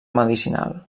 medicinal